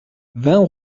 vingt